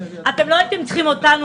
לא הייתם צריכים אותנו,